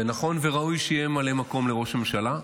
ונכון וראוי שיהיה ממלא מקום לראש הממשלה.